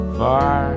far